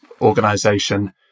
organization